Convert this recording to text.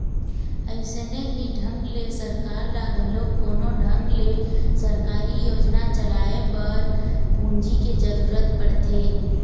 अइसने ही ढंग ले सरकार ल घलोक कोनो ढंग ले सरकारी योजना चलाए बर पूंजी के जरुरत पड़थे